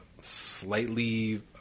slightly